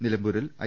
നിലമ്പൂരിൽ ഐ